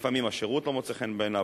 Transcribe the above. לפעמים השירות לא מוצא חן בעיניו,